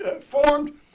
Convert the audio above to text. formed